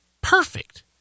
Perfect